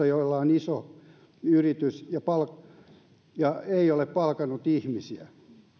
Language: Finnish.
jolla on iso yritys joka käyttää alihankkijoita mutta ei ole palkannut ihmisiä se ei mahdu tukikriteereihin